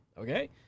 Okay